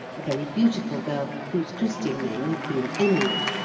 a very beautiful girl, whose christian name had been emily.